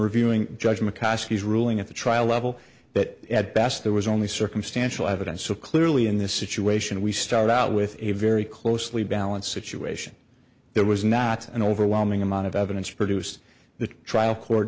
reviewing judge mccoskey as ruling at the trial level that at best there was only circumstantial evidence so clearly in this situation we started out with a very closely balanced situation there was not an overwhelming amount of evidence produced the trial court